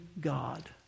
God